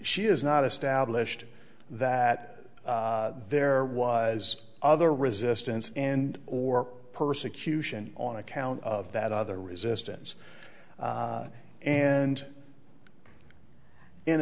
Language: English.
she is not established that there was other resistance and or persecution on account of that other resistance and in